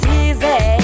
easy